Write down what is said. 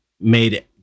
made